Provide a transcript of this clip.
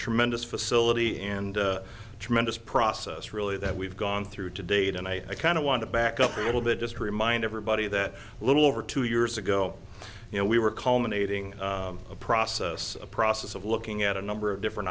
tremendous facility and tremendous process really that we've gone through to date and i kind of want to back up a little bit just remind everybody that little over two years ago you know we were calm an aging process a process of looking at a number of different